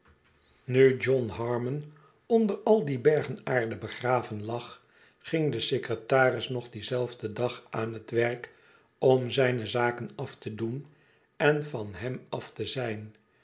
nu john harmon onder al die bergen aarde begraven lag ging de secretaris nog dien zelfden dag aan het werk om zijne zaken af te doen en van hem af te zijn